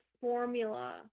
formula